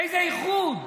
איזה איחוד?